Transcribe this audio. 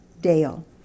Dale